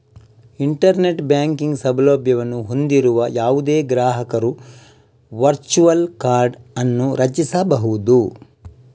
internet banking ಸೌಲಭ್ಯವನ್ನು ಹೊಂದಿರುವ ಯಾವುದೇ ಗ್ರಾಹಕರು ವರ್ಚುವಲ್ ಕಾರ್ಡ್ ಅನ್ನು ರಚಿಸಬಹುದು